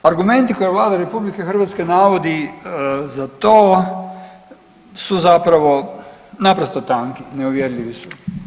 Argumenti koje Vlada RH navodi za to su zapravo naprosto tanki, neuvjerljivi su.